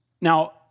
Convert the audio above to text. Now